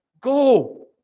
Go